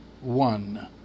one